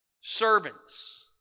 servants